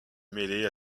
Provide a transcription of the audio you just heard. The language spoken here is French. mêler